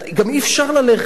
גם אי-אפשר ללכת.